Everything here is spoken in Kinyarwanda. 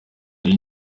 nari